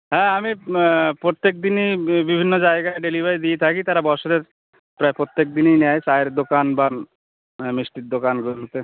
হ্যাঁ আমি প্রত্যেক দিনই বিভিন্ন জায়গায় ডেলিভারি দিয়ে থাকি তারা বছরের প্রায় প্রত্যেক দিনই নেয় চায়ের দোকান বা মিষ্টির দোকানগুলোতে